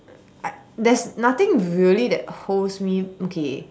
I there's nothing really that holds me okay